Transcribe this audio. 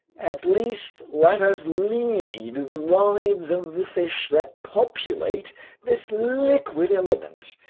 at least let us lead the lives of the fish that populate this liquid element,